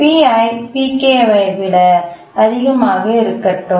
Pi Pk ஐ விட அதிகமாக இருக்கட்டும்